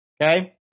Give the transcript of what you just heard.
Okay